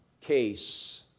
case